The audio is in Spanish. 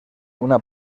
una